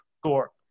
score